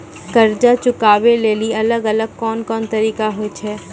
कर्जा चुकाबै लेली अलग अलग कोन कोन तरिका होय छै?